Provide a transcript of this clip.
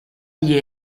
gli